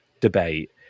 debate